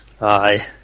Aye